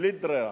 מבלי ברירה,